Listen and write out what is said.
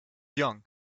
young